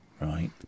Right